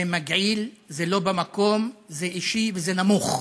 זה מגעיל, זה לא במקום, זה אישי וזה נמוך.